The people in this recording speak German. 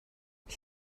ich